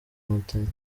nkotanyi